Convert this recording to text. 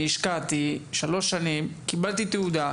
אני השקעתי שלוש שנים וקיבלתי תעודה.